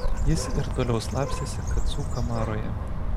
jis ir toliau slapstėsi kacų kamaroje